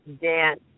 dance